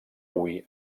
avui